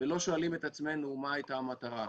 ולא שואלים את עצמנו מה הייתה המטרה.